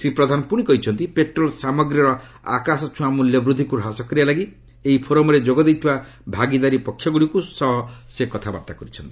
ଶ୍ରୀ ପ୍ରଧାନ ପୁଣି କହିଛନ୍ତି ପେଟ୍ରୋଲ୍ ସାମଗ୍ରୀର ଆକାଶଛୁଆଁ ମୂଲ୍ୟବୃଦ୍ଧିକୁ ହ୍ରାସ କରିବାଲାଗି ଏହି ଫୋରମ୍ରେ ଯୋଗ ଦେଇଥିବା ଭାଗିଦାରୀ ପକ୍ଷଗୁଡ଼ିକ ସହ ସେ କଥାବାର୍ତ୍ତା କରିଛନ୍ତି